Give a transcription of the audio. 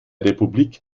republik